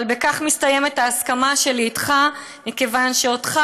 אבל בכך מסתיימת ההסכמה שלי איתך מכיוון שאותך,